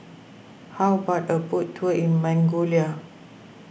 how about a boat tour in Mongolia